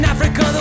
Africa